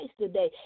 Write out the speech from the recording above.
today